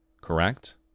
correct